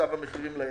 בצו המחירים ליצרן.